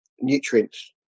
nutrients